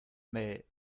mais